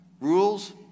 Rules